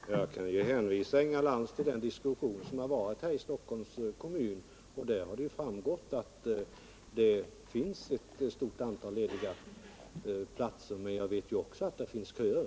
Herr talman! Jag kan ju hänvisa Inga Lantz till den diskussion som förts i Stockholms kommun. Av den har det framgått att det finns ett stort antal lediga platser. Men jag vet ju också att det finns köer.